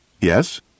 Yes